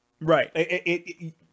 Right